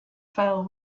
fell